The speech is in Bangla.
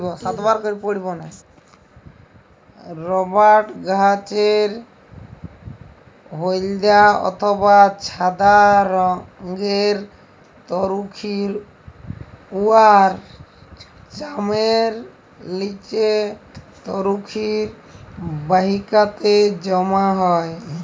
রবাট গাহাচের হইলদ্যা অথবা ছাদা রংয়ের তরুখির উয়ার চামের লিচে তরুখির বাহিকাতে জ্যমা হ্যয়